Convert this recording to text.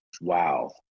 Wow